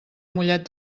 mollet